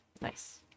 Nice